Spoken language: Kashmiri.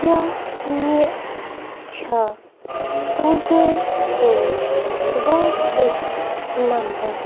کیٛاہ مےٚ چھَا سوزین سُنٛد ؤرُک نمبَر